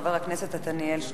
חבר הכנסת עתניאל שנלר,